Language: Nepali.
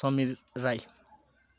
समीर राई